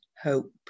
hope